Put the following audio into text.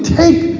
take